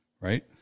Right